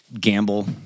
gamble